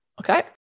Okay